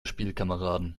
spielkameraden